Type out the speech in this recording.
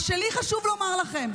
מה שלי חשוב לומר לכם,